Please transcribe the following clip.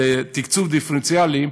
לתקצוב דיפרנציאלי,